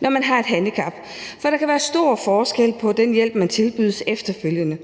når man har et handicap, for der kan være stor forskel på den hjælp, man tilbydes efterfølgende.